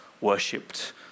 worshipped